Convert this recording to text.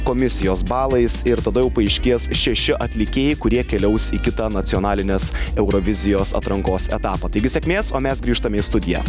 komisijos balais ir tada jau paaiškės šeši atlikėjai kurie keliaus į kitą nacionalinės eurovizijos atrankos etapą taigi sėkmės o mes grįžtame į studiją